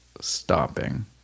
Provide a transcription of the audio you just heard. stopping